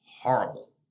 Horrible